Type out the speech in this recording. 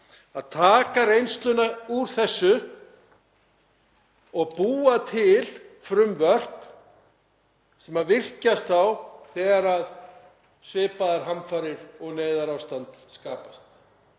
að taka reynsluna úr þessu og búa til frumvörp sem virkjast þá þegar svipaðar hamfarir verða og neyðarástand skapast.